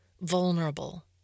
vulnerable